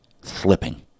Slipping